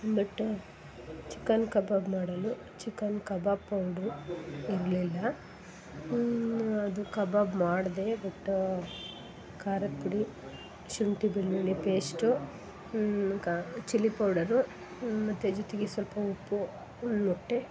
but chicken kebab ಮಾಡಲು chicken kebab powder ಇರಲಿಲ್ಲ ಆದ್ರೂ ಕಬಾಬ್ ಮಾಡಿದೆ ಬಟ್ಟ ಖಾರದ ಪುಡಿ ಶುಂಠಿ ಬೆಳ್ಳುಳ್ಳಿ ಪೇಸ್ಟು ಕಾ ಚಿಲ್ಲಿ ಪೌಡರು ಮತ್ತು ಜೊತೆಗೆ ಸ್ವಲ್ಪ ಉಪ್ಪು ಒಂದು ಮೊಟ್ಟೆ